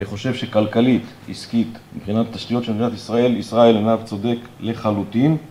אני חושב שכלכלית, עסקית, מבחינת תשתיות של מדינת ישראל, ישראל אינה צודקת לחלוטין.